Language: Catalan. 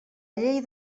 llei